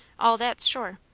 all that's sure.